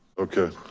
okay.